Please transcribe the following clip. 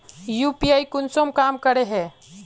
UPI कुंसम काम करे है?